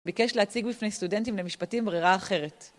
ביקש להציג בפני סטודנטים למשפטים ברירה אחרת.